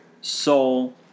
soul